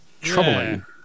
Troubling